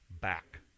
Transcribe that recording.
back